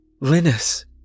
Linus